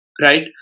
right